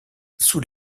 sous